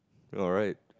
all right